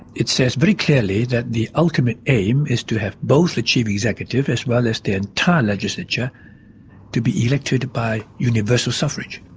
it says very clearly that the ultimate aim is to have both a chief executive as well as the entire legislature to be elected by universal suffrage.